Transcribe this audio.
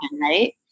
right